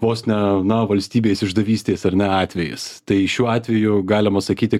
vos ne na valstybės išdavystės ar ne atvejis tai šiuo atveju galima sakyti